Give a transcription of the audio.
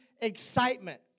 excitement